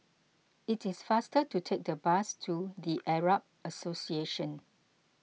it is faster to take the bus to the Arab Association